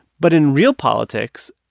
but in real politics,